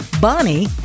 Bonnie